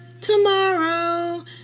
tomorrow